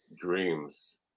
dreams